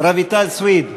רויטל סויד?